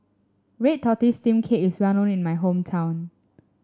Red Tortoise Steamed Cake is well known in my hometown